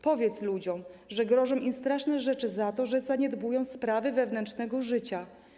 Powiedz ludziom, że grożą im straszne rzeczy za to, że zaniedbują sprawy wewnętrznego życia.